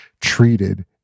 treated